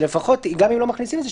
ושלפחות גם אם לא מכניסים את זה,